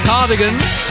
Cardigans